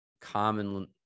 common